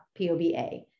POBA